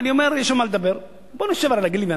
אני אומר: יש על מה לדבר.